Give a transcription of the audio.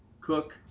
cook